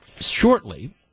Shortly